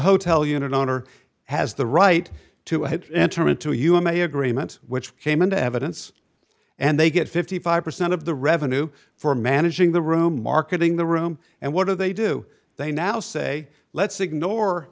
hotel unit owner has the right to hit enter into u m a agreement which came into evidence and they get fifty five percent of the revenue for managing the room marketing the room and what do they do they now say let's ignore